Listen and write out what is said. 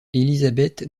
elisabeth